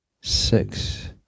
Six